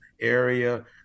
area